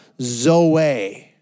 zoe